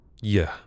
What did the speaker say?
Yeah